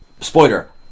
spoiler